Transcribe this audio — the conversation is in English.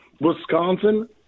Wisconsin